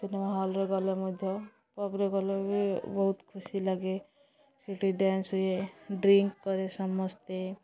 cinema ହଲରେ ଗଲେ ମଧ୍ୟ ପବ୍ରେ ଗଲେ ବି ବହୁତ ଖୁସି ଲାଗେ ସେଇଠି ଡ୍ୟାନ୍ସ ହୁଏ ଡ୍ରିଙ୍କ କରେ ସମସ୍ତେ